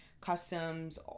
customs